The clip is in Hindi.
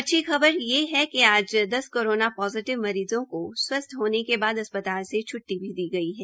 अच्छी खबर यह है कि आज पांच कोरोना पोजिटिव मरीज़ों को स्वस्थ्य होने के बाद अस्पताल से छुट्टी भी दी गई है